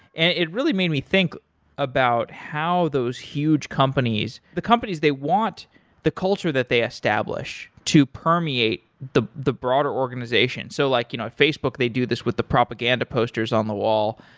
and it really made me think about how those huge companies the companies they want the culture that they establish to permeate the the broader organization. so like you know at facebook, they do this with the propaganda posters on the walls.